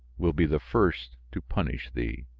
will be the first to punish thee.